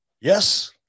Yes